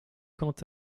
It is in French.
quant